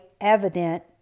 evident